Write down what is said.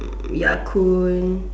Yakun